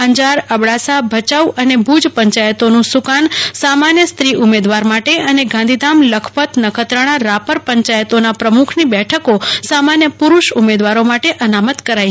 અંજાર અબડાસા ભયાઉ અને ભુજ પંચાયતોનું સુકાન સામાન્ય સ્ત્રી ઉમેદવાર માટે અને ગાંધીધામ લખપત નખત્રાણા રાપર પંચાયતોના પ્રમુખની બેઠકો સામાન્ય પુરૂષ ઉમેદવારો માટે અનામત કરાઈ છે